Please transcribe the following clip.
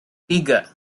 tiga